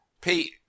Pete